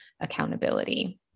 accountability